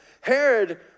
Herod